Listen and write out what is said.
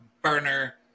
Burner